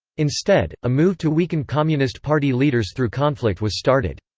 instead, a move to weaken communist party leaders through conflict was started.